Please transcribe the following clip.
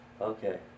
Okay